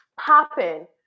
popping